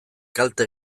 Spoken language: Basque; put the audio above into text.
kalte